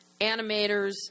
Animators